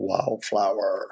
Wildflower